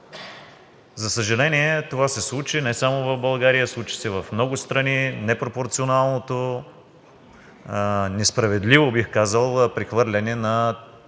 За съжаление, това се случи не само в България. Случи се в много страни – непропорционалното, несправедливо, бих казал, прехвърляне на